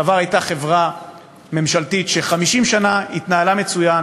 בעבר הייתה חברה ממשלתית ש-50 שנה התנהלה מצוין